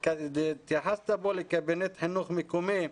התייחסת פה לקבינט חינוך מקומי.